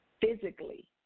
physically